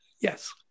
Yes